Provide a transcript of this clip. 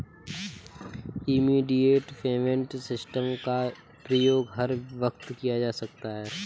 immediate payment system का प्रयोग हर वक्त किया जा सकता है